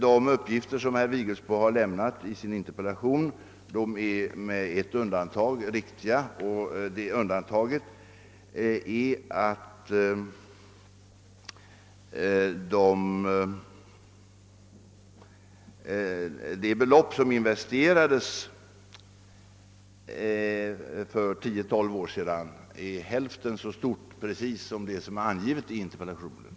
De uppgifter som herr Vigelbo lämnat i sin interpellation är riktiga, dock med ett undantag, nämligen beträffande de belopp som investerades för 10—12 år sedan och som är precis hälften så stora som vad som angetts i interpellationen.